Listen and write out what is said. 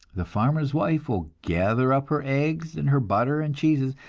the farmer's wife will gather up her eggs and her butter and cheeses,